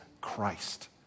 Christ